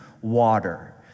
water